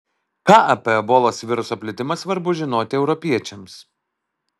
ką apie ebolos viruso plitimą svarbu žinoti europiečiams